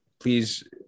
Please